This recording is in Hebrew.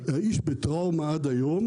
האיש בטראומה עד היום.